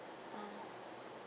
ah